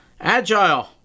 agile